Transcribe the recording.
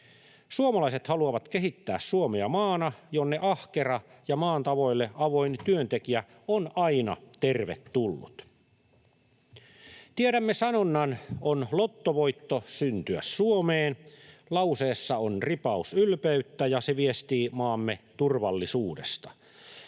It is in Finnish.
Suomalaiset haluavat kehittää Suomea maana, jonne ahkera ja maan tavoille avoin työntekijä on aina tervetullut. Tiedämme sanonnan ”on lottovoitto syntyä Suomeen”. Lauseessa on ripaus ylpeyttä, ja se viestii maamme turvallisuudesta,